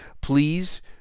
please